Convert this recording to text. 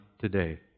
today